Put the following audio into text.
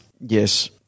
Yes